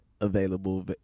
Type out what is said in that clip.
available